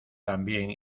también